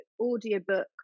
audiobook